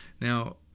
Now